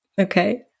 okay